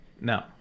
No